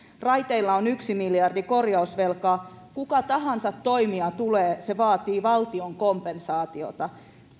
raiteilla on yksi miljardi korjausvelkaa kuka tahansa toimija tulee se vaatii valtion kompensaatiota